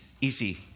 easy